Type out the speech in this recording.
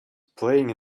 playing